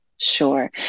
sure